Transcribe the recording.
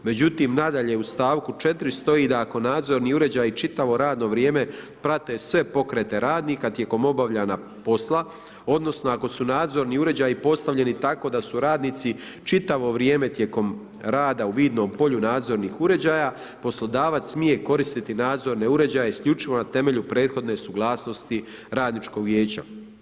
Međutim, nadalje u stavku 4. stoji da ako nadzorni uređaji čitavo vrijeme prave sve pokrete radnika tijekom obavljanja posla odnosno, ako su nadzorni uređaji postavljeni tako da su radnici čitavo vrijeme tijekom rada u vidnom polju nadzornih uređaja poslodavac smije koristiti nadzorne uređaje isključivo na temelju prethodne suglasnosti Radničkog vijeća.